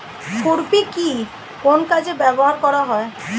খুরপি কি কোন কাজে ব্যবহার করা হয়?